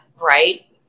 right